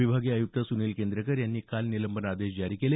विभागीय आयुक्त सुनील केंद्रेकर यांनी काल निलंबन आदेश जारी केले